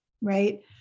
right